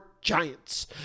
Giants